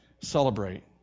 celebrate